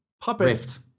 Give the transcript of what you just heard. Puppet